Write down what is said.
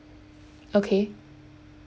okay